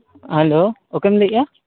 hello ᱚᱠᱚᱭᱮᱢ ᱞᱟᱹᱭᱮᱜᱼᱟ